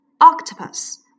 Octopus